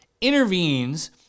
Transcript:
intervenes